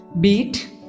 Beat